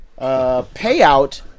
payout